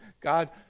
God